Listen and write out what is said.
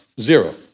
Zero